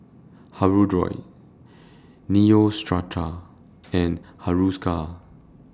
Hirudoid Neostrata and Hiruscar